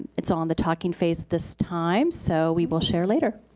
it's on the talking phase at this time, so we will share later.